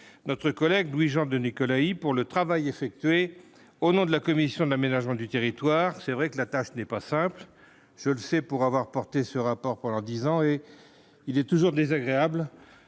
notre collègue Louis-Jean de Nicolaï pour le travail effectué au nom de la commission de l'aménagement du territoire, c'est vrai que la tâche n'est pas simple, je le sais pour avoir porté ce rapport pendant 10 ans et il est toujours désagréable